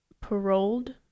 paroled